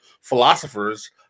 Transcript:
philosophers